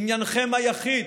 שעניינכם היחיד